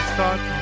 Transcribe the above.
thought